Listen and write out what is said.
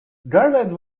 garland